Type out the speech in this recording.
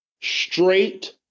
straight